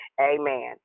Amen